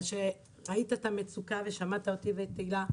על שראית את המצוקה, שמעת אותי ואת הילה,